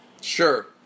Sure